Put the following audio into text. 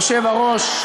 אדוני היושב-ראש,